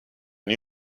new